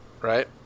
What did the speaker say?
right